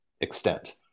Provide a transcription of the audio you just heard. extent